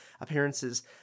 appearances